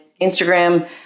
Instagram